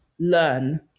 Learn